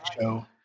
show